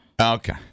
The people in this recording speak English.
Okay